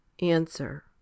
Answer